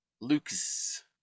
Lucas